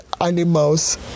animals